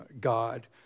God